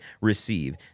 receive